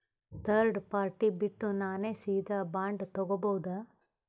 Third party ಬಿಟ್ಟು ನಾನೇ ಸೀದಾ ಬಾಂಡ್ ತೋಗೊಭೌದಾ?